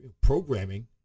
programming